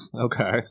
okay